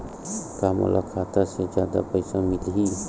का मोला खाता से जादा पईसा मिलही?